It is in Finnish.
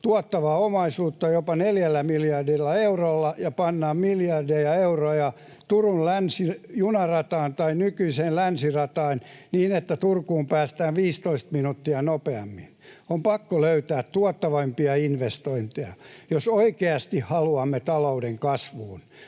tuottavaa omaisuutta jopa neljällä miljardilla eurolla ja pannaan miljardeja euroja Turun junarataan, tai nykyiseen länsirataan, niin että Turkuun päästään 15 minuuttia nopeammin. On pakko löytää tuottavampia investointeja, jos oikeasti haluamme talouden kasvuun.